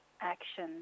action